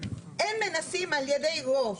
הם מנסים על ידי רוב,